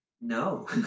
no